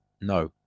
No